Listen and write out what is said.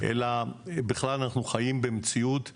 אלא אנחנו חיים במציאות חדשה.